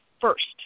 first